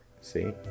See